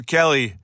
Kelly